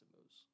moves